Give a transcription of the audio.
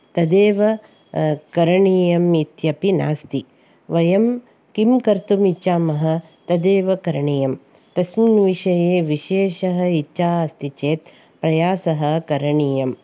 तदेव करणीयम् इत्यपि नास्ति वयं किं कर्तुम् इच्छामः तदेव करणीयं तस्मिन् विषये विशेषः इच्छा अस्ति चेत् प्रयासः करणीयम्